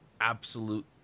absolute